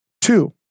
Two